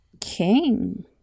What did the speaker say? king